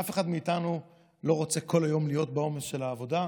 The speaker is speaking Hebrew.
אף אחד מאיתנו לא רוצה כל היום להיות בעומס של העבודה,